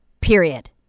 period